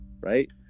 right